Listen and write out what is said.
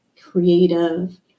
creative